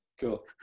cool